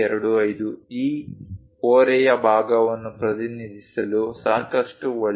25 ಈ ಓರೆಯಾ ಭಾಗವನ್ನು ಪ್ರತಿನಿಧಿಸಲು ಸಾಕಷ್ಟು ಒಳ್ಳೆಯದು